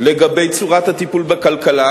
לגבי צורת הטיפול בכלכלה,